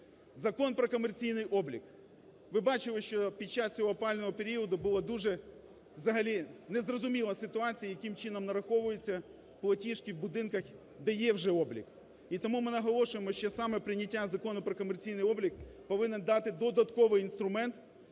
Закон про комерційний облік. Ви бачили, що під час цього опального періоду була дуже, взагалі, незрозуміла ситуація, яким чином нараховуються платіжки в будинках, де є вже облік. І тому ми наголошуємо, що саме прийняття Закону про комерційний облік повинен дати додатковий інструмент